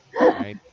Right